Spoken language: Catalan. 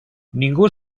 ningú